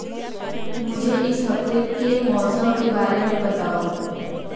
मुझे इस हफ़्ते के मौसम के बारे में बताओ